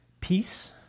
Peace